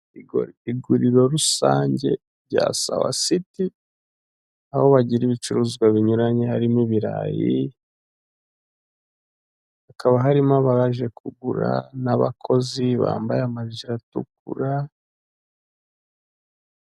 Iguriro rusange rya sawa siti, aho bagira ibicuruzwa binyuranye harimo ibirayi, hakaba harimo abaje kugura n'abakozi bambaye amajire atukura.